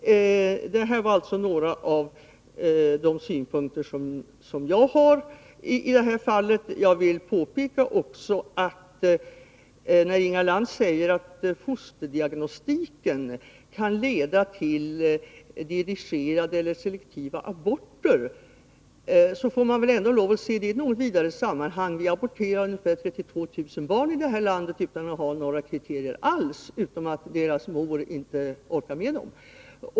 Det här var några av de synpunkter som jag har i detta sammanhang. Jag vill också påpeka att Inga Lantz säger att fosterdiagnostiken kan leda till dedicerade eller selektiva aborter, får man se det i ett något vidare sammanhang. Vi aborterar ungefär 32 000 barn i det här landet utan att ha några kriterier alls, utom att deras mödrar inte orkar med dem.